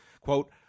Quote